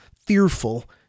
fearful